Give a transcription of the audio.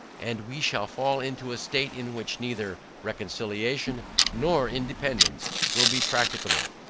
and we shall fall into a state, in which, neither reconciliation nor independance will be practicable.